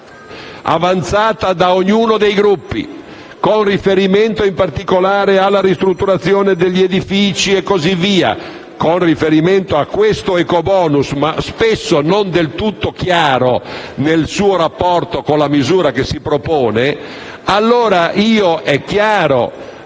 avanzata da ognuno dei Gruppi con riferimento in particolare alla ristrutturazione degli edifici e così via e anche all'ecobonus, (spesso non del tutto chiaro nel suo rapporto con la misura che si propone), allora è chiaro